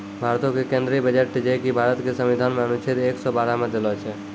भारतो के केंद्रीय बजट जे कि भारत के संविधान मे अनुच्छेद एक सौ बारह मे देलो छै